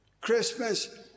Christmas